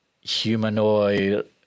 humanoid